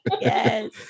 Yes